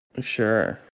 Sure